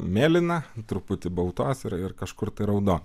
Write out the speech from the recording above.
mėlyna truputį baltos yra ir kažkur tai raudona